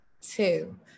two